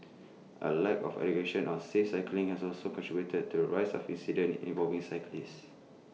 A lack of education on safe cycling has also contributed to the rise of incidents involving cyclists